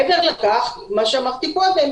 מעבר לכך, כמו שאמרתי קודם: